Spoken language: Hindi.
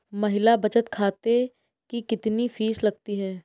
महिला बचत खाते की कितनी फीस लगती है?